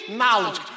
knowledge